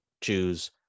choose